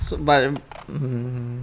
so but um